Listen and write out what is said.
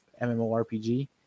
MMORPG